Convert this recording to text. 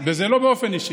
וזה לא באופן אישי.